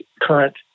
current